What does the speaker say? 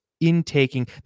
intaking